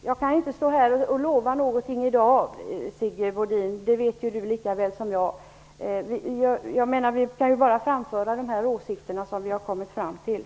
Fru talman! Jag kan inte lova någonting i dag. Det vet Sigge Godin lika väl som jag. Vi kan bara framföra de åsikter som vi har kommit fram till.